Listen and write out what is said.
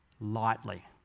lightly